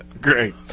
great